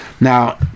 Now